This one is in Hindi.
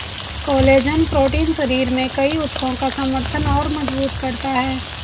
कोलेजन प्रोटीन शरीर में कई ऊतकों का समर्थन और मजबूत करता है